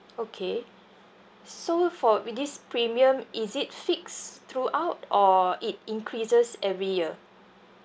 okay so for with this premium is it fixed throughout or it increases every year